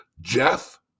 Jeff